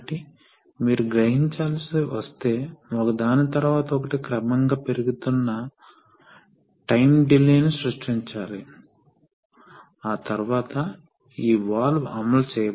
కాబట్టి కొన్ని కారణాల వల్ల మీరు ఒక పంపు నిర్వహించలేని ఒక భారీ లోడ్ ని ఇచినట్లైతే ఆ సందర్భంలో ఈ రిలీఫ్ వాల్వ్ వెంట్ అవుతుంది